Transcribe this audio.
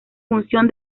función